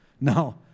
No